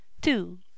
Two